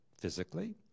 physically